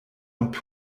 und